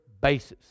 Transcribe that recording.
basis